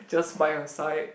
just by her side